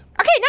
Okay